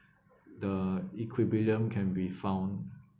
the equilibrium can be found